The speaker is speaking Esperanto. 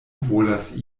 volas